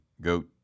goat